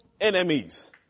enemies